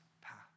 path